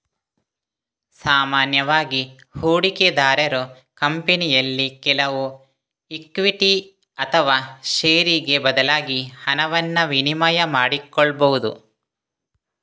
ಸಾಮಾನ್ಯವಾಗಿ ಹೂಡಿಕೆದಾರರು ಕಂಪನಿಯಲ್ಲಿ ಕೆಲವು ಇಕ್ವಿಟಿ ಅಥವಾ ಷೇರಿಗೆ ಬದಲಾಗಿ ಹಣವನ್ನ ವಿನಿಮಯ ಮಾಡಿಕೊಳ್ಬಹುದು